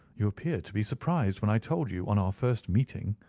you appeared to be surprised when i told you, on our first meeting,